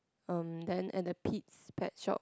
erm then at the Pete's pet shop